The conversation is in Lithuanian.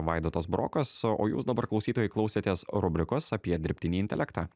vaidotas burokas o jūs dabar klausytojai klausėtės rubrikos apie dirbtinį intelektą